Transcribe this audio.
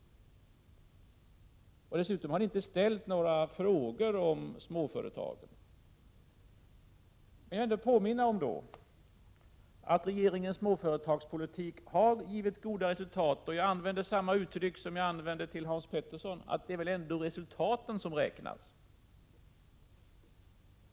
Dessutom har ni inte ställt några frågor om småföretagen. Jag vill påminna om att regeringens småföretagspolitik har gett goda resultat. Jag använder samma uttryckssätt som jag använde till Hans Petersson: Det är väl ändå resultaten som räknas.